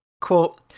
quote